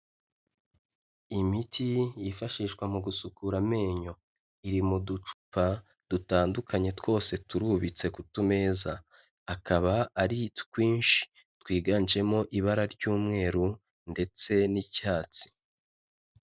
Imiti yifashishwa mu gusukura amenyo. Iri mu ducupa dutandukanye twose turubitse ku tumeza. Akaba ari twinshi twiganjemo ibara ry'umweru ndetse n'icyatsi.